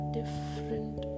different